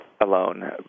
alone